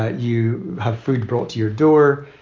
ah you have food brought to your door.